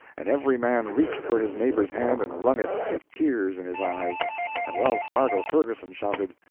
and every man reached for his neighbor's hand and wrung it, with tears in his eyes and wells-fargo ferguson shouted,